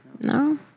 No